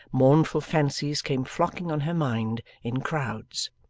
mournful fancies came flocking on her mind, in crowds.